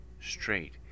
straight